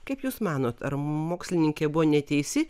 kaip jūs manot ar mokslininkė buvo neteisi